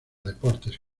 deportes